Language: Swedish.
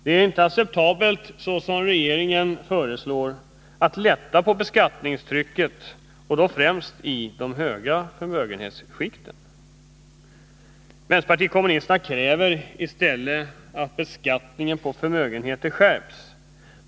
Det är inte acceptabelt, som regeringen föreslår, att lätta på beskattningstrycket främst i de höga förmögenhetsskikten. Vänsterpartiet kommunisterna kräver i stället att beskattningen på förmögenheter skärps.